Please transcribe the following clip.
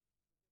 אחד,